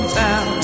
town